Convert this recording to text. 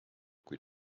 kui